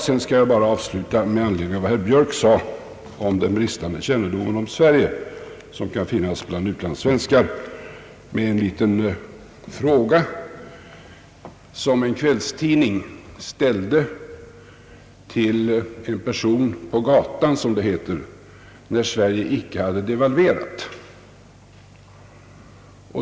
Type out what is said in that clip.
Sedan skall jag med anledning av vad herr Björk sade om den bristande kännedom om Sverige som kan finnas bland utlandssvenskar avsluta mitt anförande med en liten fråga, som en kvällstidning ställde till en person på gatan, som det heter, när Sverige inte hade devalverat.